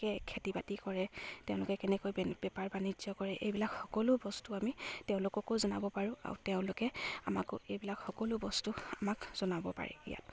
কে খেতি বাতি কৰে তেওঁলোকে কেনেকৈ বেপাৰ বাণিজ্য কৰে এইবিলাক সকলো বস্তু আমি তেওঁলোককো জনাব পাৰোঁ আৰু তেওঁলোকে আমাকো এইবিলাক সকলো বস্তু আমাক জনাব পাৰি ইয়াত